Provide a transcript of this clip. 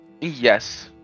Yes